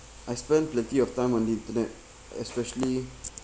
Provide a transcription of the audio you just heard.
I spend plenty of time on the internet especially